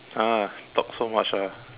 ah talk so much ah